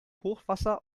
hochwasser